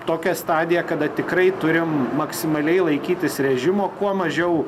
tokia stadija kada tikrai turim maksimaliai laikytis režimo kuo mažiau